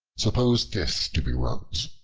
suppose this to be rhodes,